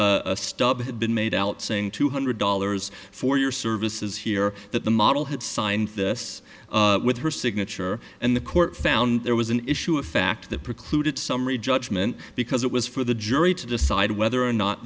stub had been made out saying two hundred dollars for your services here that the model had signed this with her signature and the court found there was an issue of fact that precluded summary judgment because it was for the jury to decide whether or not